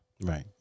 Right